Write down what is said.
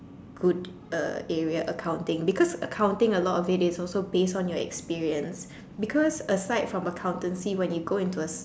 good uh area accounting because accounting a lot of it is also based on your experience because aside from accountancy when you go into a